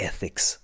Ethics